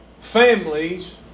Families